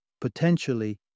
potentially